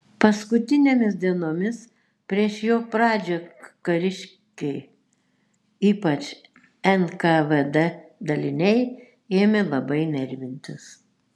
paskutinėmis dienomis prieš jo pradžią kariškiai ypač nkvd daliniai ėmė labai nervintis